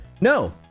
No